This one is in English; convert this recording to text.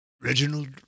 Reginald